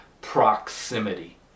proximity